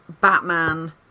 Batman